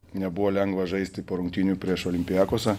nebuvo lengva žaisti po rungtynių prieš olympiakosą